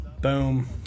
Boom